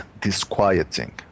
disquieting